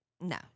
No